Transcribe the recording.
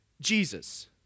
Jesus